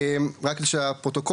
רק בשביל הפרוטוקול,